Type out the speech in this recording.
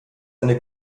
eine